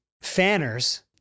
fanners